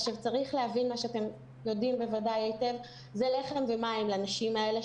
צריך להבין מה שאתם יודעים בוודאי היטב זה לחם ומים לנשים האלה,